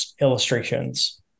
illustrations